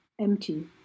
empty